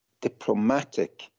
diplomatic